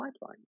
pipeline